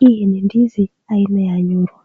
Hii ni ndizi aina ya nyoro,